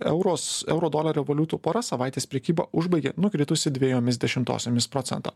eurus euro dolerio valiutų pora savaitės prekybą užbaigė nukritusi dvejomis dešimtosiomis procento